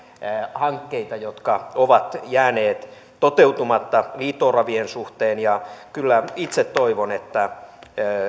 hankkeita jotka ovat jääneet toteutumatta liito oravien suhteen ja kyllä itse toivon että